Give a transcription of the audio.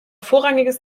vorrangiges